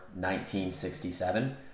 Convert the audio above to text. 1967